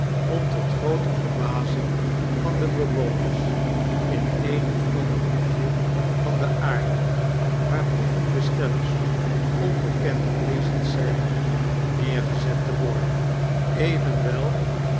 om tot groote verbazing van de bewoners in een of ander hoekje van de aarde waar brievenbestellers onbekende wezens zijn neergezet te worden evenwel